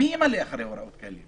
מי ימלא אחרי הוראות כאלה?